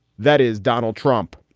that is donald trump.